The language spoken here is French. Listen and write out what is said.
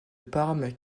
parme